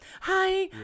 Hi